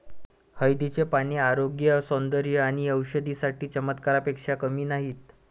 हळदीची पाने आरोग्य, सौंदर्य आणि औषधी साठी चमत्कारापेक्षा कमी नाहीत